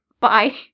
bye